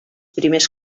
primers